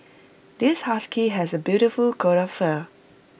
this husky has A beautiful coat of fur